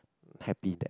happy that